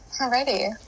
Alrighty